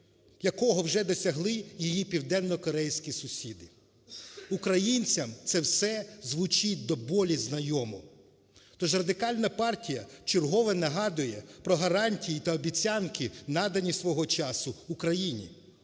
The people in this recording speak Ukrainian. якого вже досягли її південнокорейські сусіди. Українцям це все звучить до болі знайомо. Тож Радикальна партія вчергове нагадує про гарантії та обіцянки, надані свого часу Україні.